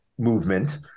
movement